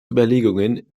überlegungen